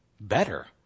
better